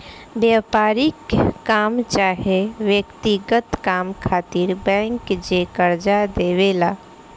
व्यापारिक काम चाहे व्यक्तिगत काम खातिर बैंक जे कर्जा देवे ला